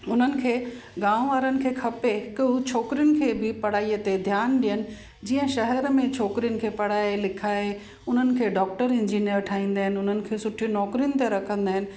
उन्हनि खे गाम वारनि खे खपे की उहे छोकिरियुनि खे बि पढ़ाईअ ते ध्यान ॾियनि जीअं शहर में छोकिरियुनि खे पढ़ाए लिखाए उन्हनि डॉक्टर इंजीनियर ठाहींदा आहिनि उन्हनि खे सुठियूं नौकरियुनि ते रखंदा आहिनि